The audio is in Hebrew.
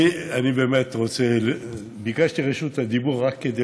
אני ביקשתי את רשות הדיבור רק כדי